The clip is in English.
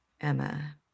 Emma